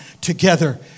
together